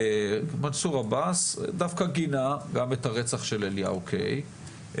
מנצור אבאס דווקא גינה גם את הרצח של אליהו קיי.